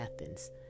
Athens